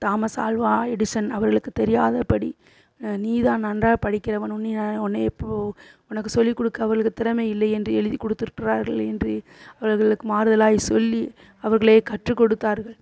Thomas Alva Edison அவர்களுக்கு தெரியாதபடி நீ தான் நன்றாக படிக்கிறவன் உன்னைய உன்னை இப்போது உனக்கு சொல்லிக் கொடுக்க அவர்களுக்கு திறமை இல்லை என்று எழுதிக் கொடுத்துருக்கிறார்கள் என்று அவர்களுக்கு மாறுதலாய் சொல்லி அவர்களே கற்றுக் கொடுத்தார்கள்